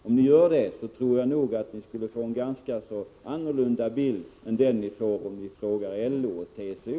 Om ni gjorde det tror jag att ni skulle få en annorlunda bild än ni får när ni frågar LO och TCO.